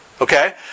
Okay